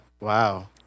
Wow